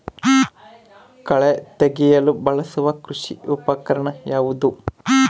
ಕಳೆ ತೆಗೆಯಲು ಬಳಸುವ ಕೃಷಿ ಉಪಕರಣ ಯಾವುದು?